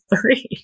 three